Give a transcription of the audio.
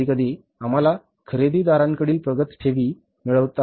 कधीकधी आम्हाला खरेदीदारांकडील प्रगत ठेवी मिळतात